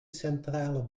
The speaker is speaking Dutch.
centrale